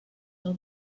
del